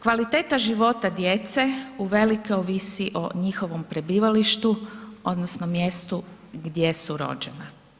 Kvaliteta života djece uvelike ovisi o njihovom prebivalištu odnosno mjestu gdje su rođena.